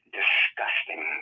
disgusting